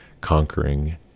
conquering